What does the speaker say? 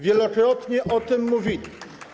Wielokrotnie o tym mówili.